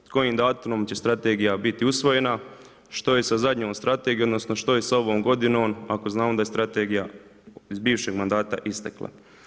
Kojim datumom će strategija biti usvojena, što je sa zadnjom strategijom odnosno što ja sa ovom godinom ako znamo da je strategija iz bivšeg mandata istekla?